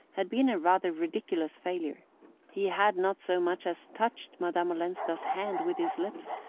had been a rather ridiculous failure he had not so much as touched madame olenska's hand with his lips,